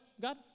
God